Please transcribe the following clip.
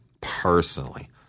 personally